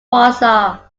warsaw